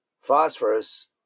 phosphorus